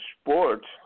sports